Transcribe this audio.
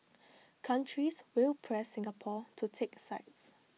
countries will press Singapore to take sides